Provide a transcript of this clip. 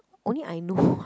only I know